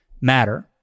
matter